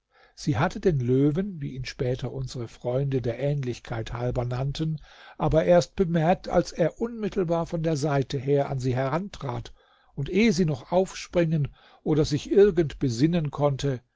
sie hatte den löwen wie ihn später unsre freunde der ähnlichkeit halber nannten aber erst bemerkt als er unmittelbar von der seite her an sie herantrat und ehe sie noch aufspringen oder sich irgend besinnen konnte